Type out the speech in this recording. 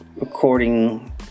Recording